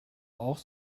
auch